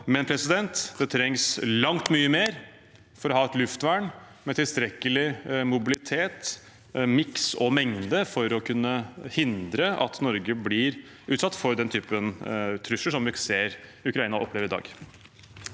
har, men det trengs langt mer for å ha et luftvern med tilstrekkelig mobilitet, miks og mengde til å kunne hindre at Norge blir utsatt for den typen trusler vi ser Ukraina opplever i dag.